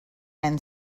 and